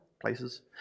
places